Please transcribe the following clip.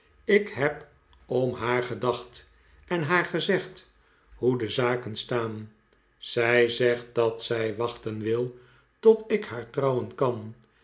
jlk heb om haar gedacht en haar gezegd hoe de zaken staan zij zegt dat zij wachten wil tot ik haar trouwen kan